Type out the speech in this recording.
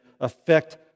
affect